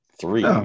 three